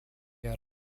had